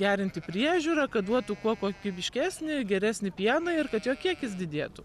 gerinti priežiūrą kad duotų kuo kokybiškesnį geresnį pieną ir kad jo kiekis didėtų